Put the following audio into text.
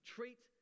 Treat